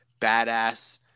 badass